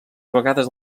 vegades